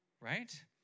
right